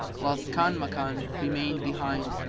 whilst kanmakan remained behind,